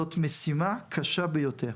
זאת משימה קשה ביותר.